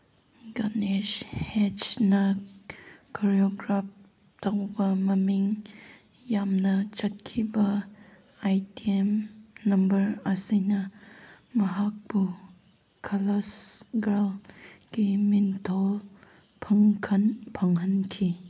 ꯒꯅꯦꯁ ꯍꯦꯠꯁꯅ ꯀꯣꯔꯤꯌꯣꯒ꯭ꯔꯥꯞ ꯇꯧꯕ ꯃꯃꯤꯡ ꯌꯥꯝ ꯆꯠꯈꯤꯕ ꯑꯥꯏꯇꯦꯝ ꯅꯝꯕꯔ ꯑꯁꯤꯅ ꯃꯍꯥꯛꯄꯨ ꯈꯂꯁ ꯒꯔꯜꯒꯤ ꯃꯤꯡꯊꯣꯜ ꯐꯪꯍꯟꯈꯤ